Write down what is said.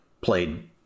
played